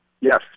Yes